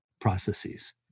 processes